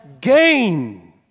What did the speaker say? gain